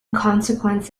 consequence